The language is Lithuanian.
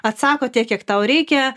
atsako tiek kiek tau reikia